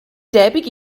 debyg